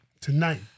Tonight